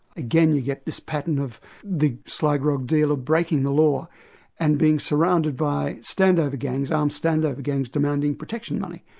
again you get this pattern of the sly grog dealer breaking the law and being surrounded by standover gangs, armed um standover gangs, demanding protection money.